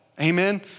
Amen